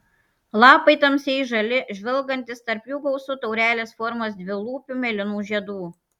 lapai tamsiai žali žvilgantys tarp jų gausu taurelės formos dvilūpių mėlynų žiedų